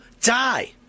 die